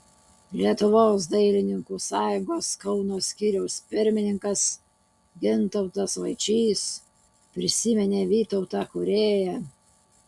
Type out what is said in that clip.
lietuvos dailininkų sąjungos kauno skyriaus pirmininkas gintautas vaičys prisiminė vytautą kūrėją